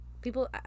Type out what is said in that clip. people